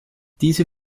diese